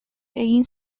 egin